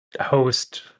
host